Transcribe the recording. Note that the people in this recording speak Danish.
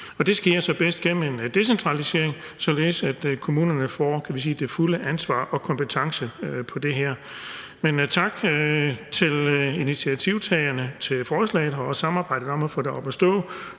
det sker så bedst gennem en decentralisering, således at kommunerne – kan vi sige – får det fulde ansvar og kompetencen på det her område. Men tak til initiativtagerne til forslaget og for samarbejdet om at få det op at stå,